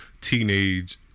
teenage